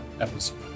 episode